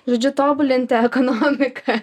žodžiu tobulinti ekonomiką